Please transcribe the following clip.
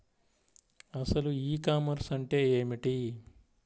అసలు ఈ కామర్స్ అంటే ఏమిటి?